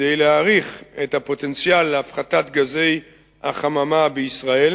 כדי להעריך את הפוטנציאל להפחתת גזי החממה בישראל